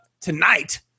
tonight